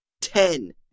Ten